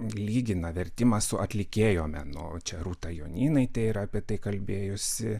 lygina vertimą su atlikėjo menu čia rūta jonynaitė yra apie tai kalbėjusi